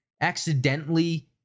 accidentally